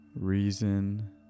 reason